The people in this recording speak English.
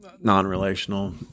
non-relational